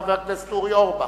חבר הכנסת אורי אורבך,